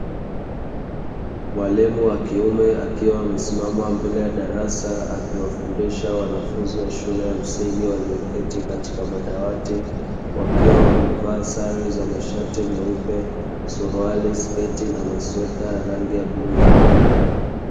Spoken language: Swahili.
Mwalimu wa kiume akiwa amesimama mbele ya darasa akiwafundisha wanafunzi wa shule ya msingi walioketi katika madawati wakiwa wamevaa sare za masharti meupe, suruali, sketi na masweta rangi ya blue.